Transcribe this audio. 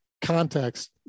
context